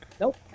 nope